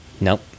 Nope